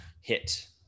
hit